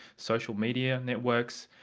social media networks,